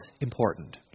important